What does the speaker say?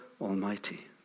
Almighty